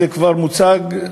וזה כבר מוצג,